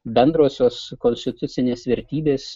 bendrosios konstitucinės vertybės